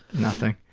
nothing,